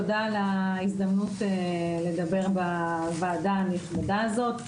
תודה על ההזדמנות לדבר בוועדה הנכבדה הזאת.